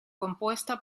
compuesta